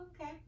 okay